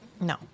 No